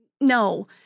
No